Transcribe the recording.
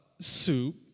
soup